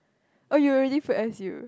oh you already failed as you